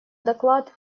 доклад